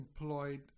employed